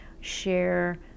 share